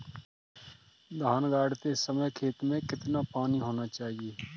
धान गाड़ते समय खेत में कितना पानी होना चाहिए?